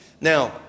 Now